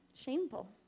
shameful